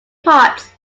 parts